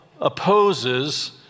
opposes